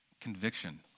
conviction